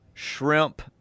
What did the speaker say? Shrimp